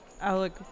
Alec